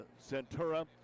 centura